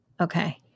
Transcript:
Okay